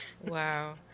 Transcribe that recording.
Wow